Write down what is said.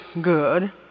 good